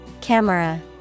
Camera